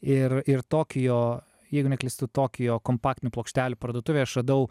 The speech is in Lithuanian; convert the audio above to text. ir ir tokijo jeigu neklystu tokijo kompaktinių plokštelių parduotuvėj aš radau